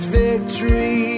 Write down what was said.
victory